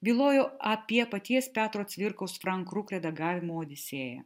bylojo apie paties petro cvirkos frank kruk redagavimo odisėją